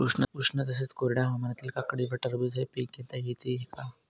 उष्ण तसेच कोरड्या हवामानात काकडी व टरबूज हे पीक घेता येते का?